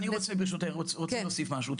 אני רוצה ברשותך, רוצה להוסיף משהו.